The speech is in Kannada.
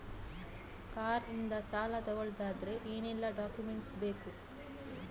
ಕಾರ್ ಇಂದ ಸಾಲ ತಗೊಳುದಾದ್ರೆ ಏನೆಲ್ಲ ಡಾಕ್ಯುಮೆಂಟ್ಸ್ ಕೊಡ್ಬೇಕು?